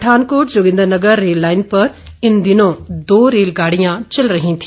Pathankot Joginder Nagar rail line पर इन दिनों दो रेल गाड़ियां चल रही थी